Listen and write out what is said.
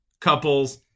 Couples